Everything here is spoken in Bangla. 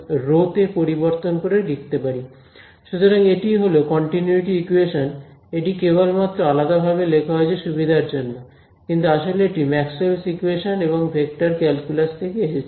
সুতরাং এটিই হলো কন্টিনিউটি ইকুয়েশন এটি কেবলমাত্র আলাদাভাবে লেখা হয়েছে সুবিধার জন্য কিন্তু আসলে এটি ম্যাক্সওয়েলস ইকুয়েশনস Maxwell's equations এবং ভেক্টর ক্যালকুলাস থেকে এসেছে